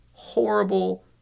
Horrible